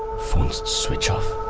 phone switched off?